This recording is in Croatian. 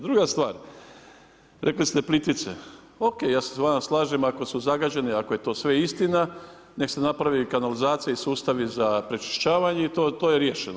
Druga stvar, rekli ste Plitvice, o.k. ja se s vama slažem ako su zagađene, ako je to sve istina neka se napravi kanalizacija i sustavi za pročišćavanje i to je riješeno.